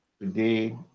today